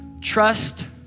trust